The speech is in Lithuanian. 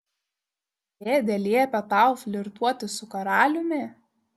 dėdė liepė tau flirtuoti su karaliumi